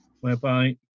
whereby